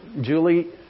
Julie